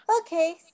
Okay